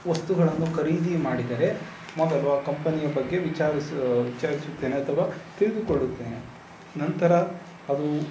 ವಸ್ತುಗಳನ್ನು ಖರೀದಿ ಮಾಡಿದರೆ ಮೊದಲು ಆ ಕಂಪನಿಯ ಬಗ್ಗೆ ವಿಚಾರಿಸು ವಿಚಾರಿಸುತ್ತೇನೆ ಅಥವಾ ತಿಳಿದುಕೊಳ್ಳುತ್ತೇನೆ ನಂತರ ಅದು